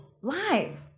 live